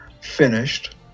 finished